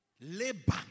Labor